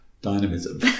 dynamism